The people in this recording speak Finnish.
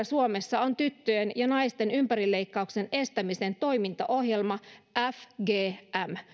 suomessa on tyttöjen ja naisten ympärileikkauksen estämisen toimintaohjelma